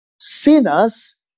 sinners